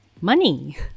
money